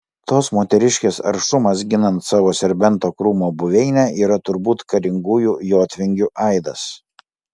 tos moteriškės aršumas ginant savo serbento krūmo buveinę yra turbūt karingųjų jotvingių aidas